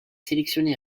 sélectionné